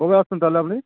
কবে আসছেন তাহলে আপনি